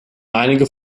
einige